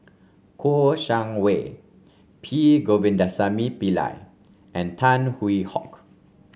Kouo Shang Wei P Govindasamy Pillai and Tan Hwee Hock